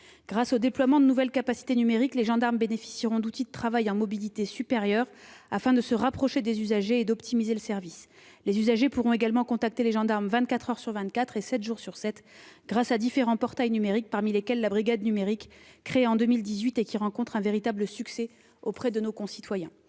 Avec le déploiement de nouvelles capacités numériques, les gendarmes bénéficieront d'outils de travail qui permettront d'améliorer leur mobilité, de se rapprocher des usagers et d'optimiser le service. Les usagers pourront également contacter des gendarmes vingt-quatre sur vingt-quatre et sept jours sur sept grâce à différents portails numériques, parmi lesquels la brigade numérique, créée en 2018, qui rencontre un véritable succès auprès de nos concitoyens.